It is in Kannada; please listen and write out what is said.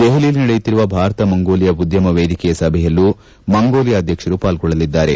ದೆಹಲಿಯಲ್ಲಿ ನಡೆಯಲಿರುವ ಭಾರತ ಮಂಗೋಲಿಯಾ ಉದ್ಭಮ ವೇದಿಕೆಯ ಸಭೆಯಲ್ಲೂ ಮಂಗೋಲಿಯಾ ಅಧ್ಯಕ್ಷರು ಪಾಲ್ಗೊಳ್ಳಲಿದ್ದಾರೆ